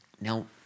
Now